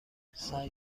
سعی